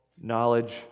knowledge